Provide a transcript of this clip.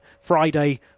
Friday